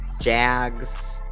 Jags